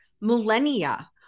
millennia